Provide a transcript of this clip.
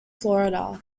florida